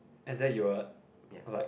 right